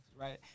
right